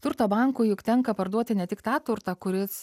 turto bankui juk tenka parduoti ne tik tą turtą kuris